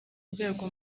rwego